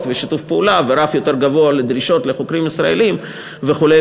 ובשיתוף פעולה וברף יותר גבוה לדרישות לחוקרים ישראלים וכו'.